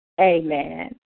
Amen